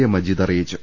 A Majeed അറിയിച്ചു